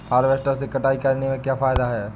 Harvester से कटाई करने से क्या फायदा है?